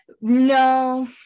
no